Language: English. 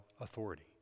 authority